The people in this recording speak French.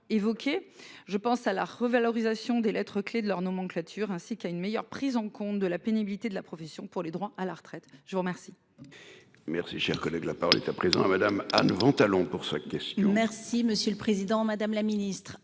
Je pense à la revalorisation des lettres-clés de leur nomenclature ainsi qu'à une meilleure prise en compte de la pénibilité de la profession pour les droits à la retraite, je vous remercie. Merci, cher collègue, la parole est à présent à madame ah nous allons, pour ce qui est. Merci, monsieur le Président Madame la Ministre